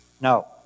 No